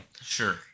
Sure